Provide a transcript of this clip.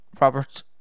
Robert